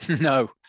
No